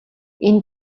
энэ